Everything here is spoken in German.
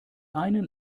einen